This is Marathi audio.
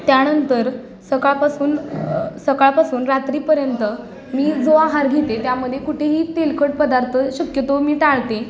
त्यानंतर सकाळपासून सकाळपासून रात्रीपर्यंत मी जो आहार घेते त्यामध्ये कुठेही तेलकट पदार्थ शक्यतो मी टाळते